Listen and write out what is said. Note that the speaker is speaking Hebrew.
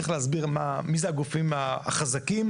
צריך להסביר מיהם הגופים החזקים.